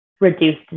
reduced